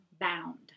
bound